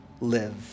live